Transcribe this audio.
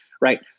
Right